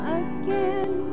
again